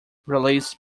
released